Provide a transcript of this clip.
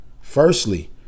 Firstly